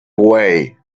way